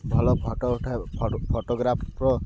ଭଲ ଫଟୋ ଉଠାଏ ଫଟୋଗ୍ରାଫର୍